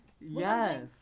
Yes